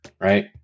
Right